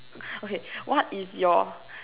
okay what is your